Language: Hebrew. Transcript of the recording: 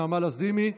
נעמה לזימי,